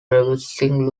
reversing